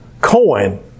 coin